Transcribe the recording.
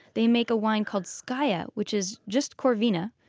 they make a wine called scaia, which is just corvina,